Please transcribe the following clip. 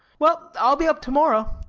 well, i'll be up tomorrow.